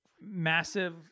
massive